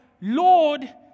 Lord